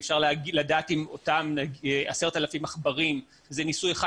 אי אפשר לדעת אם אותם 10,000 עכברים זה ניסוי אחד